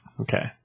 Okay